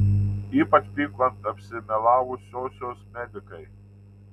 ypač pyko ant apsimelavusiosios medikai